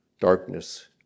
Darkness